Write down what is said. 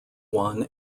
one